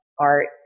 art